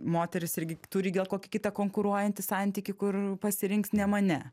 moterys irgi turi gal kokį kitą konkuruojantį santykį kur pasirinks ne mane